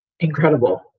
incredible